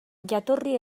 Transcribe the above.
jatorri